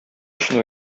өчен